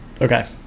Okay